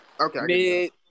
Okay